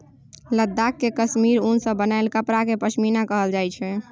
लद्दाख केर काश्मीर उन सँ बनाएल कपड़ा केँ पश्मीना कहल जाइ छै